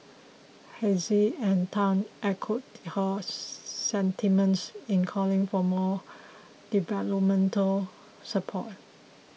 Hafiz and Tan echoed her sentiments in calling for more developmental support